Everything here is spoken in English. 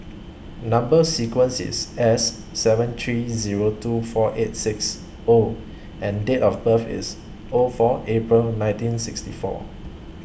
Number sequence IS S seven three Zero two four eight six O and Date of birth IS O four April nineteen sixty four